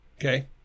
Okay